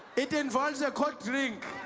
it involves a cold drink.